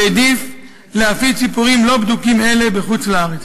והעדיף להפיץ סיפורים לא בדוקים אלה בחוץ-לארץ.